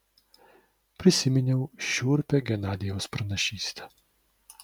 prisiminiau šiurpią genadijaus pranašystę